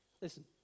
Listen